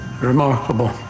remarkable